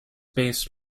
based